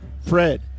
Fred